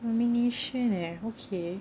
nomination eh okay